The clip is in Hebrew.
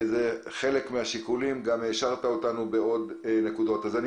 העשרת אותנו בעוד נקודות.